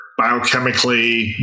biochemically